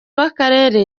w’akarere